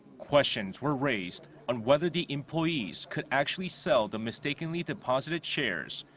questions were raised on whether the employees could actually sell the mistakenly deposited shares,